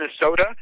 Minnesota